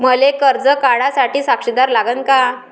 मले कर्ज काढा साठी साक्षीदार लागन का?